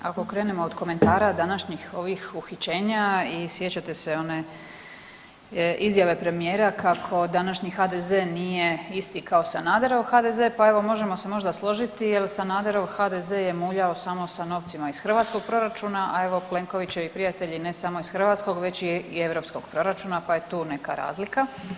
Ako krenemo od komentara današnjih ovih uhićenja i sjećate se one izjave premijera kako današnji HDZ nije isti kao Sanaderov HDZ, pa evo, možemo se možda složiti jer Sanaderov HDZ je muljao samo sa novcima iz hrvatskog proračuna, a evo, Plenkovićevi prijatelji, ne samo iz hrvatskog, već i europskog proračuna, pa je tu neka razlika.